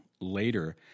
later